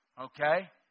Okay